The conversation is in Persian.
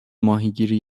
ماهیگیری